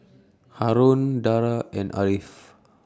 Haron Dara and Ariff